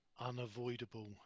Unavoidable